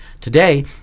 today